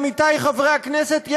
עמיתי חברי הכנסת,